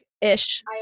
ish